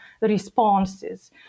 responses